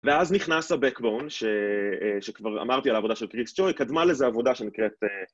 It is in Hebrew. ואז נכנס ה-Backbone, שכבר אמרתי על העבודה של קריק ג'וי, קדמה לזה עבודה שנקראת...